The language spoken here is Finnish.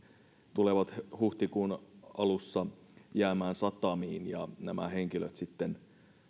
tulevat huhtikuun alussa jäämään satamiin ja nämä henkilöt sitten